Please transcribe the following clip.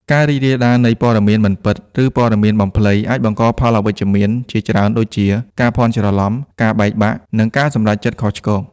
ការរីករាលដាលនៃ ព័ត៌មានមិនពិត ឬព័ត៌មានបំភ្លៃ អាចបង្កផលអវិជ្ជមានជាច្រើនដូចជា ការភ័ន្តច្រឡំ ការបែកបាក់ និងការសម្រេចចិត្តខុសឆ្គង។